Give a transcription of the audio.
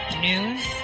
news